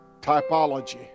typology